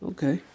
Okay